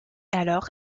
alors